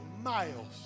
miles